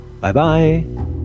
Bye-bye